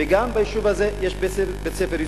וגם ביישוב הזה יש בית-ספר יסודי,